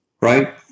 right